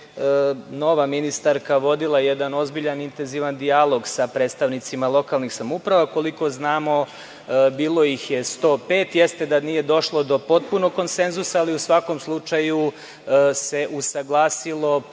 nova ministarka vodila jedan ozbiljan, intenzivan dijalog sa predstavnicima lokalnih samouprava. Koliko znamo, bilo ih je 105. Jeste da nije došlo do potpunog konsenzusa, ali u svakom slučaju se usaglasilo